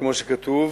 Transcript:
כמו שכתוב,